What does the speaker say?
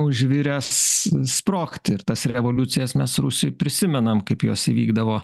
užviręs sprogti ir tas revoliucijas mes rusijoj prisimenam kaip jos įvykdavo